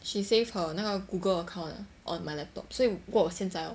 she save her 那个 google account ah on my laptop 如果我现在 hor